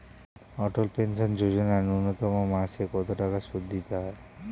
অটল pension Yojana ন্যূনতম মাসে কত টাকা সুধ দিতে হয়?